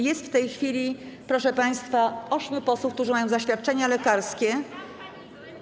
Jest w tej chwili, proszę państwa, ośmiu posłów, którzy mają zaświadczenia lekarskie.